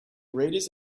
reader’s